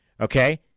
Okay